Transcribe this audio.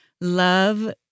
love